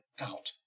out